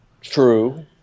True